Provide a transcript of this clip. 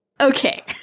Okay